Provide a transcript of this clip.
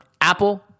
apple